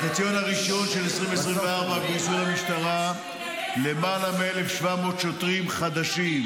בחציון הראשון של 2024 התגייסו למשטרה למעלה מ-1,700 שוטרים חדשים.